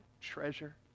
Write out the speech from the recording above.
treasure